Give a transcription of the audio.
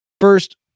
first